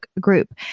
group